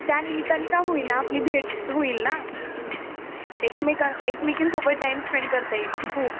त्यानिमित्ताने का होईना आपली भेट होईल ना एकमेका एकमेकींसोबत टाईम स्पेंड करता येईल खूप